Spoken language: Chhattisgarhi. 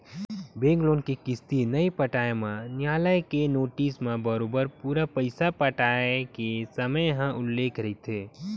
बेंक लोन के किस्ती नइ पटाए म नियालय के नोटिस म बरोबर पूरा पइसा पटाय के समे ह उल्लेख रहिथे